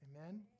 amen